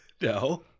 No